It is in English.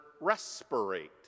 respirate